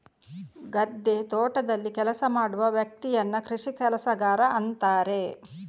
ಗದ್ದೆ, ತೋಟದಲ್ಲಿ ಕೆಲಸ ಮಾಡುವ ವ್ಯಕ್ತಿಯನ್ನ ಕೃಷಿ ಕೆಲಸಗಾರ ಅಂತಾರೆ